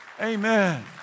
Amen